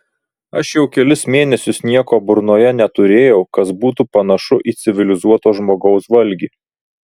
aš jau kelis mėnesius nieko burnoje neturėjau kas būtų panašu į civilizuoto žmogaus valgį